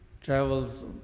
travels